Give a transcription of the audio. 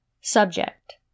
Subject